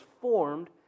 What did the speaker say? formed